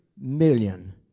million